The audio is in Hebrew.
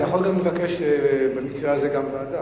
אתה יכול לבקש במקרה הזה גם ועדה.